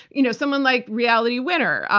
you know someone like reality winner,